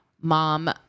mom